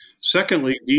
Secondly